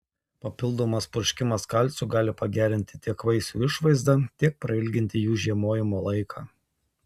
papildomas purškimas kalciu gali pagerinti tiek vaisių išvaizdą tiek prailginti jų žiemojimo laiką